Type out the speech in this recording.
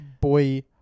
boy